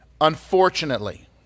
Unfortunately